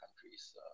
countries